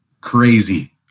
crazy